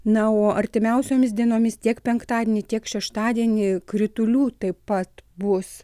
na o artimiausiomis dienomis tiek penktadienį tiek šeštadienį kritulių taip pat bus